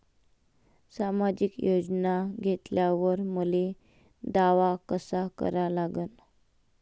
सामाजिक योजना घेतल्यावर मले दावा कसा करा लागन?